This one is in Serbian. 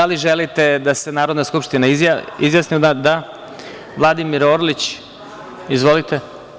Da li želite da se Narodna skupština izjasni? (Da.) Vladimir Orlić, Izvolite.